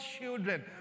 children